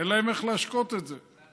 אין להם איך להשקות את זה.